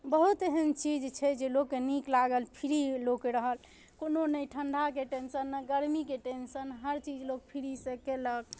बहुत एहन चीज छै जे लोकके नीक लागल फ्री लोक रहल कोनो नहि ठण्डाके टेन्शन नहि गरमीके टेन्शन हर चीज लोक फ्रीसँ केलक